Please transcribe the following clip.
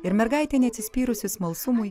ir mergaitė neatsispyrusi smalsumui